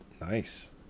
nice